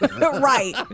Right